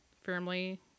firmly